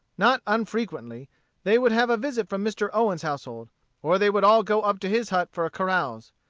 not unfrequently they would have a visit from mr. owen's household or they would all go up to his hut for a carouse.